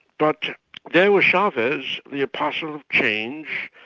but there was chavez, the apostle of change,